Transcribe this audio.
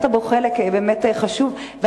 שבאמת חשוב לקחת בו חלק.